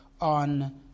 on